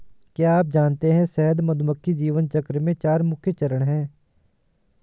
क्या आप जानते है शहद मधुमक्खी जीवन चक्र में चार मुख्य चरण है?